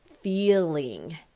feeling